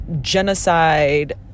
genocide